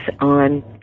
on